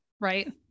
right